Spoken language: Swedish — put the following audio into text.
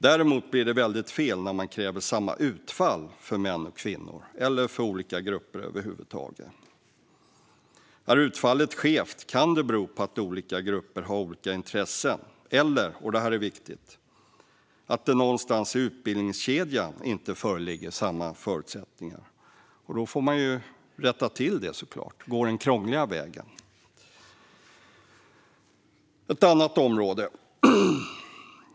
Däremot blir det väldigt fel när man kräver samma utfall för män och kvinnor eller för olika grupper över huvud taget. Är utfallet skevt kan det bero på att olika grupper har olika intressen. Det kan också - och det här är viktigt - bero på att det någonstans i utbildningskedjan inte föreligger samma förutsättningar, och då får man såklart gå den krångliga vägen och rätta till det. Jag går över till ett annat område.